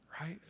right